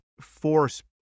force